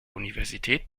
universität